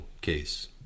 case